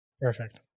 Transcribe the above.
Perfect